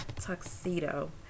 tuxedo